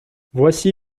voici